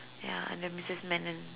ya under Missus Manon